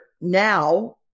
now